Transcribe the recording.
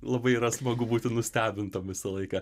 labai yra smagu būti nustebintam visą laiką